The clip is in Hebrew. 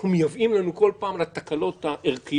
אנחנו מייבאים לנו כל פעם לתקלות הערכיות,